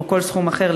או כל סכום אחר,